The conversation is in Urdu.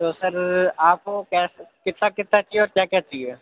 تو سر آپ کو کیا کتنا کتنا چاہیے اور کیا کیا چاہیے